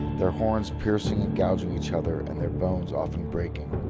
their horns piercing and gouging each other and their bones often breaking.